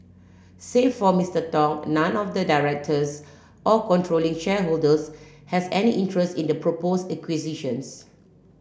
save for Mister Tong none of the directors or controlling shareholders has any interest in the proposed acquisitions